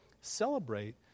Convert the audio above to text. celebrate